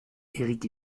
éric